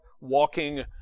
walking